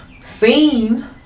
seen